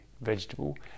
vegetable